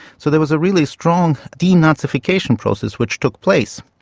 so there was a really strong denazification process which took place.